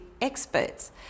experts